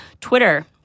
Twitter